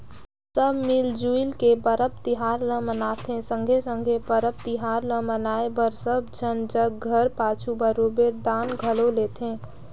सब मिल जुइल के परब तिहार ल मनाथें संघे संघे परब तिहार ल मनाए बर सब झन जग घर पाछू बरोबेर दान घलो लेथें